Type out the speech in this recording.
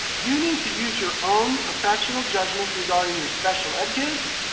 you need to use your own professional judgment regarding your special ed kids,